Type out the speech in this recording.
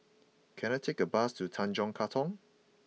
can I take a bus to Tanjong Katong